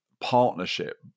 partnership